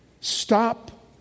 Stop